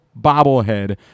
bobblehead